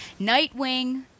Nightwing